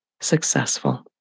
successful